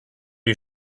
you